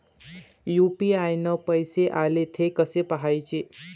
UPI न पैसे आले, थे कसे पाहाचे?